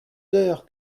heures